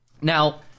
Now